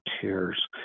tears